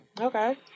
Okay